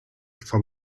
from